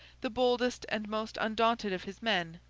the boldest and most undaunted of his men,